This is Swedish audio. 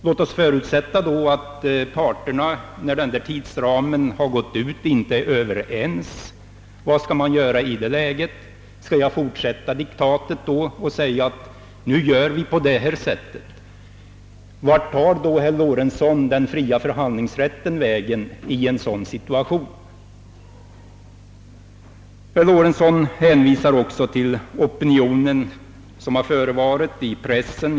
Låt oss då föreställa oss att parterna när denna tidsperiod gått ut inte är överens. Vad skall man göra i det läget? Skall jag fortsätta diktatet och säga att nu gör vi så och så? Vart tar då, herr Lorentzon, den fria förhandlingsrätten vägen? Herr Lorentzon hänvisade till den opinion som kommit till uttryck i pressen.